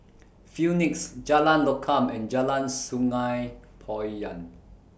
Phoenix Jalan Lokam and Jalan Sungei Poyan